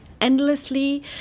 endlessly